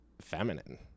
feminine